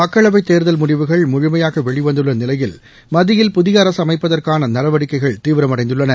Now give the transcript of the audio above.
மக்களவை தேர்தல் முடிவுகள் முழுமையாக வெளிவந்துள்ள நிலையில் மத்தியில் புதிய அரசு அமைப்பதற்கான நடவடிக்கைகள் தீவிரமடைந்துள்ளன